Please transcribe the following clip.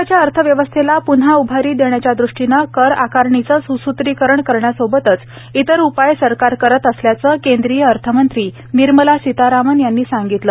देशाच्या अर्थव्यवस्थेला पन्हा उभारी देण्याच्या दृष्टीनं कर आकारणीचं ससत्रीकरण करण्याबरोबरच इतर उपाय सरकार करत असल्याचं केंद्रीय अर्थमंत्री निर्मला सीतारामन यांनी सांगितलं